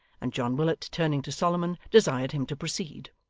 and john willet turning to solomon desired him to proceed.